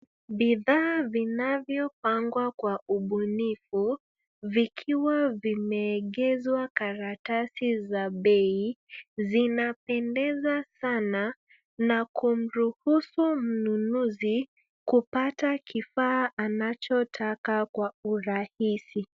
Bidhaa vinavyopangwa kwa ubunifu vikiwa vimeegezwa karatasi za bei zinapendeza sana na kumruhusu mnunuzi kupata kifaa anachotaka kwa urahisi.